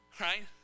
right